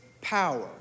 power